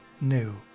new